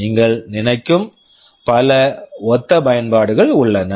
நீங்கள் நினைக்கும் பல ஒத்த பயன்பாடுகள் உள்ளன